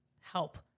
help